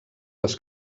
les